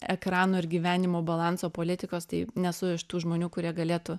ekrano ir gyvenimo balanso politikos tai nesu iš tų žmonių kurie galėtų